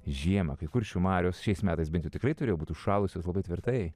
žiemą kai kuršių marios šiais metais bentjau tikrai turėjo būti užšalusios labai tvirtai